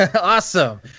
Awesome